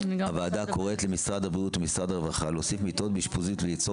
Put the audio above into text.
הוועדה קוראת למשרד הבריאות ומשרד הרווחה להוסיף מיטות באשפוזיות וליצור